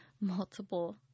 multiple